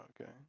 Okay